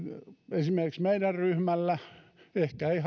esimerkiksi meidän ryhmällä ehkä ei